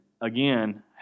again